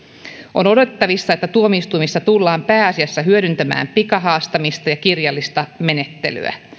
on odotettavissa että tuomioistuimissa tullaan hyödyntämään pääasiassa pikahaastamista ja kirjallista menettelyä